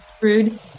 Rude